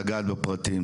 על מנת לגעת בפרטים.